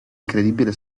incredibile